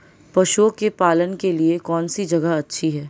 पशुओं के पालन के लिए कौनसी जगह अच्छी है?